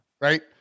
right